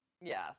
Yes